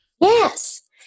Yes